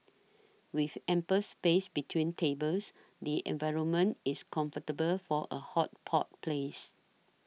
with ample space between tables the environment is comfortable for a hot pot place